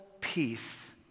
peace